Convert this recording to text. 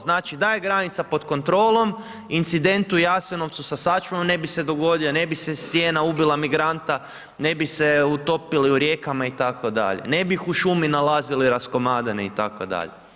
Znači da je granica pod kontrolom, incident u Jasenovcu sa sačmama ne bi se dogodio, ne bi se stijena ubila migranta, ne bi se utopili u rijekama itd., ne bi ih u šumi nalazili raskomadane itd.